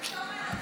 תחתום על הצ'ק.